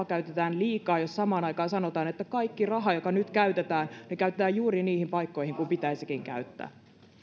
käytetään liikaa jos samaan aikaan sanotaan että kaikki raha joka nyt käytetään käytetään juuri niihin paikkoihin kuin pitäisikin käyttää